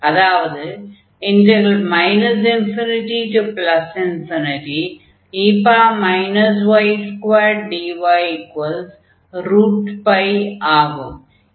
அதாவது ∞e y2dy ஆகும்